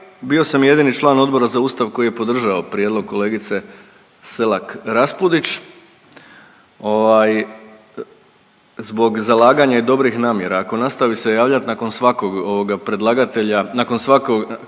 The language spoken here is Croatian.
Bio sam jedini član Odbora za Ustav koji je podržao prijedlog kolegice Selak Raspudić zbog zalaganja i dobrih namjera. Ako nastavi se javljati nakon svakog predlagatelja kao